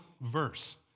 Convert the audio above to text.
verse